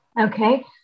okay